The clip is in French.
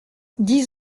dix